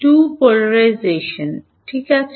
2 polarisation ঠিক আছে